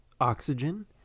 Oxygen